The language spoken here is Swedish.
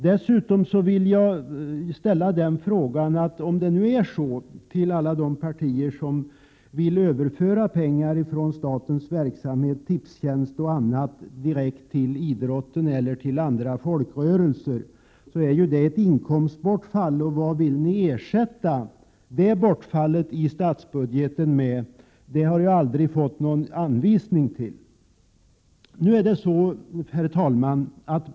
Dessutom vill jag fråga de partier som vill överföra pengar från statens verksamhet, Tipstjänst och annat, direkt till idrotten och andra folkrörelser. Ni föreslår ju ett inkomstbortfall för staten, och vad vill ni då ersätta det bortfallet i statsbudgeten med? Det har jag aldrig fått redovisat. Herr talman!